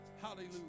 Hallelujah